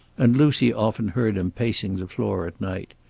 and lucy often heard him pacing the floor at night.